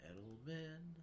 Edelman